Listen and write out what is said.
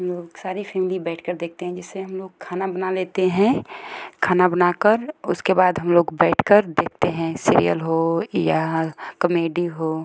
हम लोग सारी फेमिली बैठ कर देखते हैं जैसे हम लोग खाना बना लेते हैं खाना बना कर उसके बाद हम लोग बैठ कर देखते हैं सीरियल हो या कमेडी हो